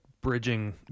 bridging